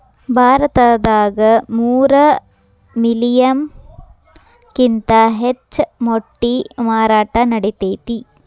ಭಾರತದಾಗ ಮೂರ ಮಿಲಿಯನ್ ಕಿಂತ ಹೆಚ್ಚ ಮೊಟ್ಟಿ ಮಾರಾಟಾ ನಡಿತೆತಿ